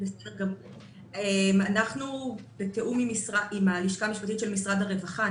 אנחנו עובדים בתיאום עם הלשכה המשפטית של משרד הרווחה.